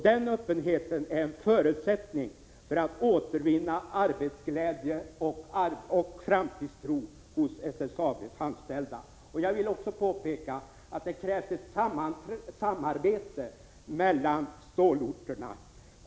Den öppenheten är en förutsättning för att återvinna arbetsglädje och framtidstro hos SSAB:s anställda. Jag vill också påpeka att det krävs ett samarbete mellan stålorterna.